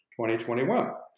2021